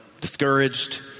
discouraged